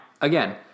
Again